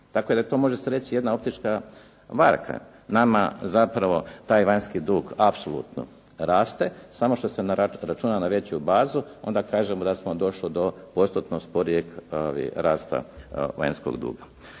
da je to, može se reći jedna optička varka nama zapravo taj vanjski dug apsolutno raste, samo što se računa na veću bazu, onda kažemo da smo došli do postotno sporijeg rasta vanjskog duga.